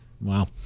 wow